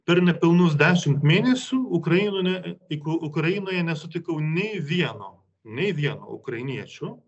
per nepilnus dešimt mėnesių ukrainone ik ukrainoje nesutikau nei vieno nei vieno ukrainiečio